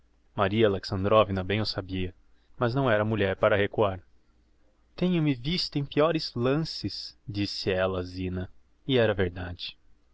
antecedentes maria alexandrovna bem o sabia mas não era mulher para recuar tenho me visto em peores lances dissera ella á zina e era verdade